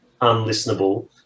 unlistenable